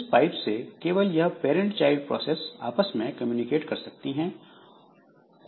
इस पाइप से केवल यह पैरंट चाइल्ड प्रोसेस आपस में कम्युनिकेट कर सकती हैं